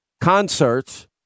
concerts